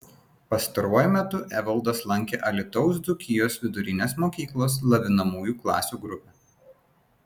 pastaruoju metu evaldas lankė alytaus dzūkijos vidurinės mokyklos lavinamųjų klasių grupę